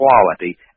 quality